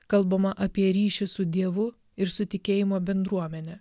kalbama apie ryšį su dievu ir su tikėjimo bendruomene